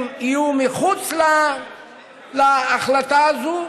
הם יהיו מחוץ להחלטה הזו?